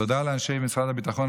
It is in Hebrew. תודה לאנשי משרד הביטחון,